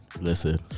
Listen